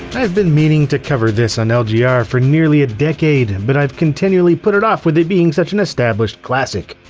i've been meaning to cover this on lgr ah for nearly a decade but i've continually put it off with it being such an established classic.